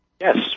Yes